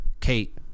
Kate